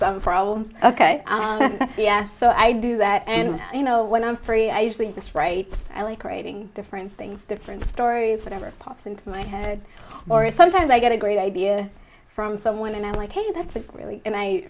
some problems ok yeah so i do that and you know when i'm free i usually just write i like writing different things different stories whatever pops into my head or sometimes i get a great idea from someone and i'm like hey that's a really and i